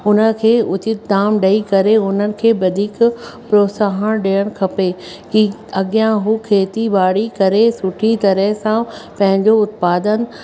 हुनखे उचित दाम ॾेई करे उन्हनि खे वधीक प्रोत्साहन ॾियणु खपे कि अगियां हू खेती बाड़ी करे सुठी तरह सां पंहिंजो उत्पादन